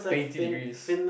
twenty degrees